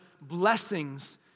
blessings